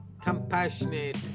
compassionate